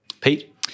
Pete